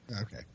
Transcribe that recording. Okay